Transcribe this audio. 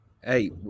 Hey